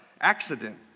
accident